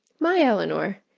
my elinor,